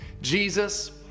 Jesus